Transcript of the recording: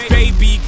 Baby